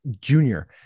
Junior